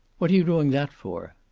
what are you doing that for?